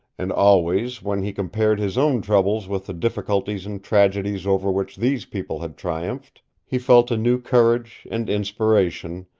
and always when he compared his own troubles with the difficulties and tragedies over which these people had triumphed he felt a new courage and inspiration,